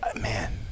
Man